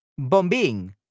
Bombín